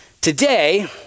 Today